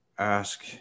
ask